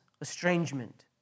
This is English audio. estrangement